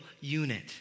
unit